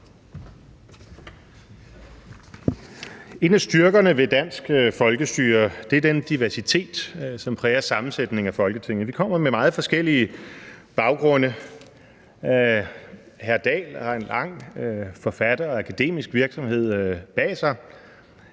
En af styrkerne ved det danske folkestyre er den diversitet, som præger sammensætningen af Folketinget. Vi kommer med meget forskellige baggrunde. Hr. Henrik Dahl har en lang forfattervirksomhed og akademisk virksomhed bag sig;